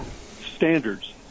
standards